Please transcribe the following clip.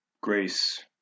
Grace